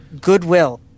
Goodwill